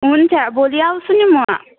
हुन्छ भोलि आउँछु नि म